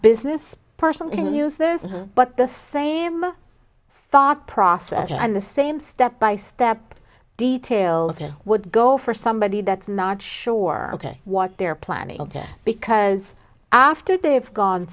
business person can use this but the same thought process and the same step by step detail of her would go for somebody that's not sure what they're planning because after they have gone